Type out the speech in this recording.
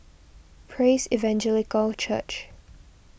Praise Evangelical Church